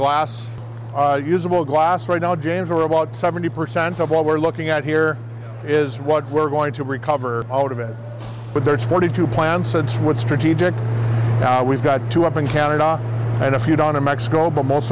glass usable glass right now james or about seventy percent of what we're looking at here is what we're going to recover out of it but there's forty two plants that's what strategic we've got to up in canada and if you don in mexico but most